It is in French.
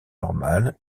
normale